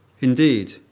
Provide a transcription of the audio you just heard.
Indeed